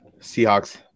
Seahawks